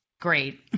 great